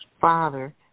father